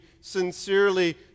sincerely